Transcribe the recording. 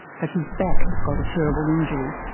but his back got a terrible injury.